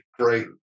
great